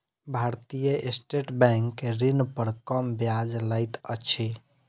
भारतीय State Bank ऋण पर कम ब्याज लैत अछि